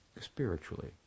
Spiritually